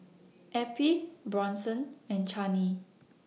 Eppie Bronson and Chaney